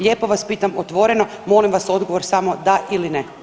Lijepo vas pitam otvoreno molim vas odgovor samo da ili ne.